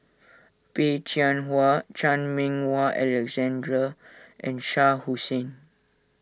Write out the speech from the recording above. Peh Chin Hua Chan Meng Wah Alexander and Shah Hussain